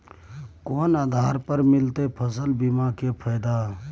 केना आधार पर मिलतै फसल बीमा के फैदा?